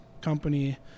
company